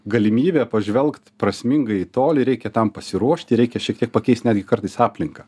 galimybė pažvelgt prasmingai į tolį reikia tam pasiruošti reikia šiek tiek pakeist netgi kartais aplinką